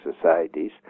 societies